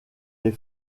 les